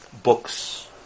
Books